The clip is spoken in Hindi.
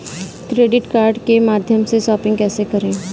क्रेडिट कार्ड के माध्यम से शॉपिंग कैसे करें?